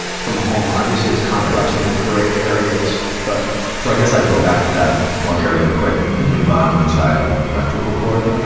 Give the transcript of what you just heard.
from a home? obviously it's complex and there are gray areas, but ray so i guess i'd go back to that one really quick, with the mom and the child and the electrical cord.